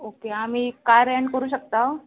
okay आमी car rent करूं शकता